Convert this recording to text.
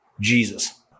Jesus